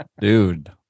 dude